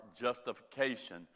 justification